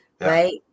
right